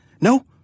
No